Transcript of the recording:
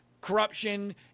corruption